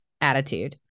attitude